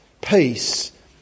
peace